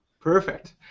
Perfect